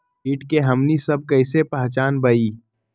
किट के हमनी सब कईसे पहचान बई?